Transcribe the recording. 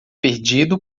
perdido